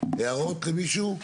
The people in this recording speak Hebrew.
הערות למישהו?